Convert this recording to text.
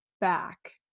back